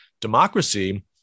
democracy